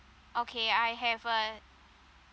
okay I have a